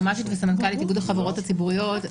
יועצת משפטית וסמנכ"לית החברות הציבוריות.